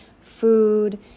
food